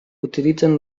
utilitzen